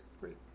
great